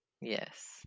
Yes